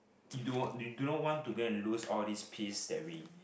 you do not you do not want to gain and lose all these peace that we